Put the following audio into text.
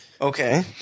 Okay